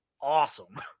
awesome